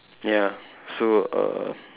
ya so err